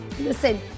listen